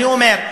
אני אומר,